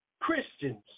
Christians